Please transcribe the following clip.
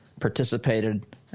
participated